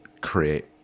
create